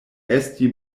esti